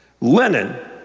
Lenin